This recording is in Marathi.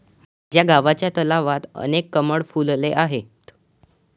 माझ्या गावच्या तलावात अनेक कमळ फुलले आहेत